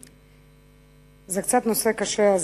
זה נושא קצת קשה,